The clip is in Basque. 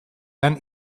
lan